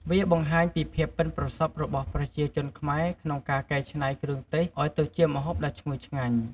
វាបង្ហាញពីភាពប៉ិនប្រសប់របស់ប្រជាជនខ្មែរក្នុងការកែច្នៃគ្រឿងទេសឱ្យទៅជាម្ហូបដ៏ឈ្ងុយឆ្ងាញ់។